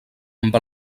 amb